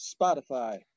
Spotify